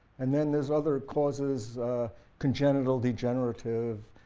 and then there's other causes congenital, degenerative,